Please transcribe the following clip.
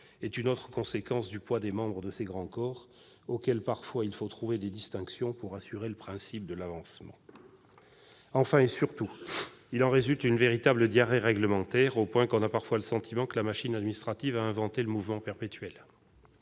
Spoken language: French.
est une autre conséquence du poids des membres de ces grands corps, pour lesquels il faut parfois inventer des distinctions afin d'assurer leur avancement. Enfin, et surtout, il en résulte une véritable « diarrhée réglementaire », au point qu'on a parfois le sentiment que la machine administrative a inventé le mouvement perpétuel.